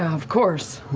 of course.